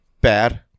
bad